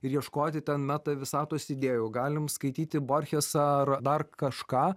ir ieškoti ten meta visatos idėjų galim skaityti borchesą ar dar kažką